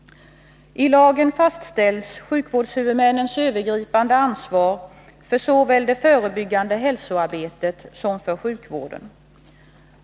I lagen fastställs sjukvårdshuvudmännens övergripande ansvar såväl för det förebyggande hälsoarbetet som för sjukvården.